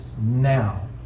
now